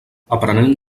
aprenent